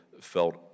felt